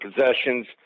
possessions